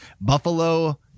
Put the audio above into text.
Buffalo